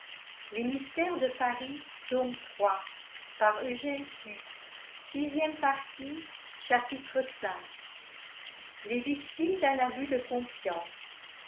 v les victimes d'un abus de confiance